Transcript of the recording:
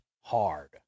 hard